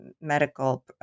medical